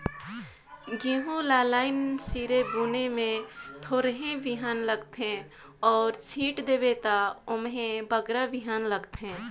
गहूँ ल लाईन सिरे बुने में थोरहें बीहन लागथे अउ छींट देबे ता ओम्हें बगरा बीहन लागथे